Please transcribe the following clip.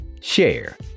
share